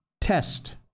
test